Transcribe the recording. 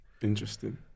Interesting